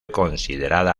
considerada